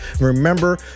remember